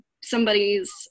somebody's